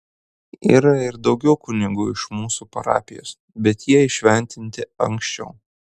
yra ir daugiau kunigų iš mūsų parapijos bet jie įšventinti anksčiau